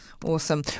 Awesome